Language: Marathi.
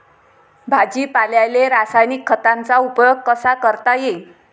भाजीपाल्याले रासायनिक खतांचा उपयोग कसा करता येईन?